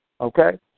okay